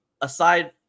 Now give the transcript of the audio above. Aside